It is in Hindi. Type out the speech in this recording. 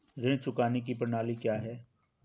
ऋण चुकाने की प्रणाली क्या है?